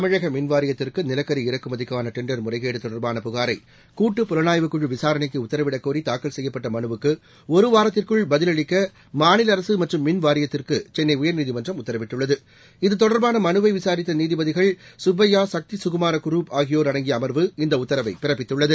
தமிழக மின் வாரியத்துக்கு நிலக்கரி இறக்குமதிக்கான டெண்டர் முறைகேடு தொடர்பான புனரை கூட்டு புலனாய்வு குழு விசாரணைக்கு உத்தரவிடக்கோரி தாக்கல் செய்யப்பட்ட மனுவுக்கு ஒரு வாரத்திற்குள் பதிலளிக்க மாநில அரசு மற்றும் மின்வாரியத்துக்கு சென்னை உயர்நீதிமன்றம் உத்தரவிட்டுள்ளது இத்தொடர்பான மனுவை விசாரித்த நீதிபதிகள் சுப்பையா சக்தி சுகுமாற குரூப் ஆகியோர் அடங்கிய அமர்வு இந்த உத்தரவை பிறப்பித்துள்ளது